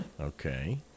Okay